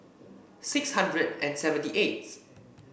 six hundred and seventy eighth